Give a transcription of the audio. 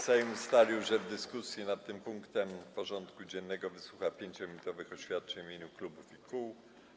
Sejm ustalił, że w dyskusji nad tym punktem porządku dziennego wysłucha 5-minutowych oświadczeń w imieniu klubów i kół.